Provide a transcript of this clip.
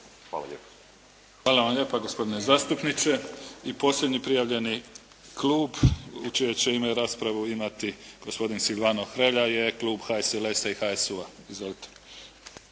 Hvala vam lijepa gospodine zastupniče. I posljednji prijavljeni klub u čije će ime raspravu imati gospodin Silvano Hrelja je klub HSLS-a i HSU-a. Izvolite.